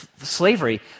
slavery